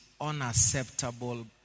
unacceptable